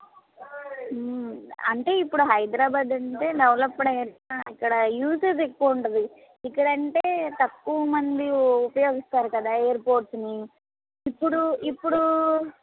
అంటే ఇప్పుడు హైదరాబాద్ అంటే డెవలపడ్ ఏరియా అక్కడ యూసెజ్ ఎక్కువుగా ఉంటుంది ఇక్కడ అంటే తక్కువ మంది ఉపయోగిస్తారు కదా ఎయిర్పోర్ట్ని ఇప్పుడు ఇప్పుడూ